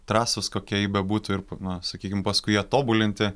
trasos kokia ji bebūtų ir na sakykim paskui ją tobulinti